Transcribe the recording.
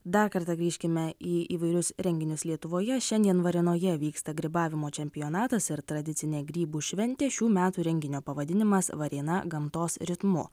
dar kartą grįžkime į įvairius renginius lietuvoje šiandien varėnoje vyksta grybavimo čempionatas ir tradicinė grybų šventė šių metų renginio pavadinimas varėna gamtos ritmu